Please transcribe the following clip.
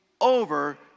over